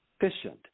efficient